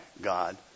God